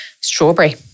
Strawberry